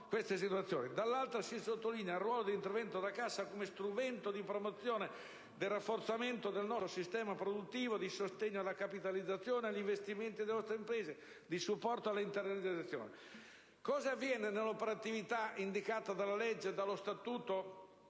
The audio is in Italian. dall'altra parte, si sottolinea il ruolo dell'intervento della Cassa come strumento di promozione del rafforzamento del nostro sistema produttivo, di sostegno alla capitalizzazione e agli investimenti delle nostre imprese, di supporto alla loro internazionalizzazione. Che cosa avviene nell'operatività indicata dalla legge, dallo Statuto